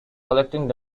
collecting